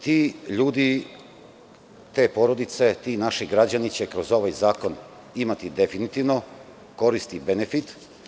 Ti ljudi, te porodice, ti naši građani će kroz ovaj zakon imati definitivno koristi i benefit.